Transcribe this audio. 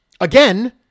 Again